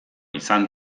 izan